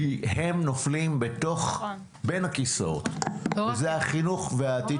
כי הם נופלים בין הכיסאות וזה החינוך והעתיד